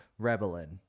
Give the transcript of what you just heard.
Rebelin